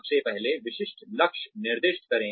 सबसे पहले विशिष्ट लक्ष्य निर्दिष्ट करें